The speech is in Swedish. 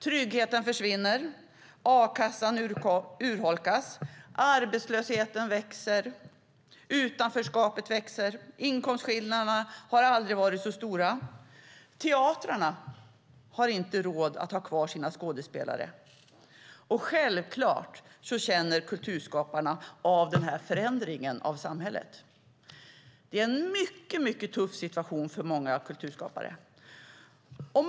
Tryggheten försvinner, a-kassan urholkas, arbetslösheten ökar, utanförskapet växer, inkomstskillnaderna har aldrig varit så stora. Teatrarna har inte råd att ha kvar sina skådespelare. Självklart känner kulturskaparna av den förändringen av samhället. Det är en mycket tuff situation för många kulturskapare.